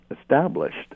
established